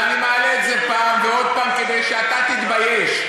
ואני מעלה את זה פעם ועוד פעם כדי שאתה תתבייש.